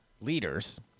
leaders